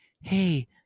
Hey